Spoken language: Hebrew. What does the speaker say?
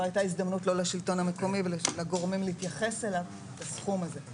לא הייתה הזדמנות לשלטון המקומי ולגורמים להתייחס לסכום הזה.